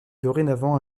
dorénavant